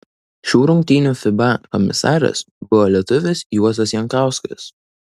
šių rungtynių fiba komisaras buvo lietuvis juozas jankauskas